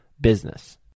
business